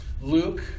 Luke